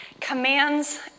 commands